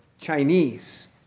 Chinese